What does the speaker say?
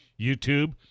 YouTube